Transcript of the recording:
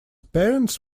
parents